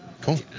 Cool